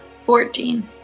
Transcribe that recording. Fourteen